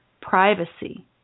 privacy